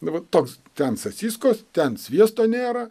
nu vat toks ten sasiskos ten sviesto nėra